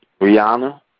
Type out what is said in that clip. Rihanna